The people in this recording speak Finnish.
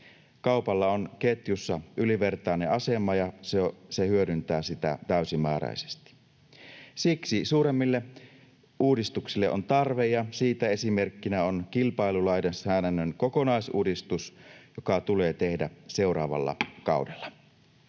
Kaupalla on ketjussa ylivertainen asema, ja se hyödyntää sitä täysimääräisesti. Siksi suuremmille uudistuksille on tarve, ja siitä esimerkkinä on kilpailulainsäädännön kokonaisuudistus, joka tulee tehdä seuraavalla kaudella.